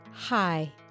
Hi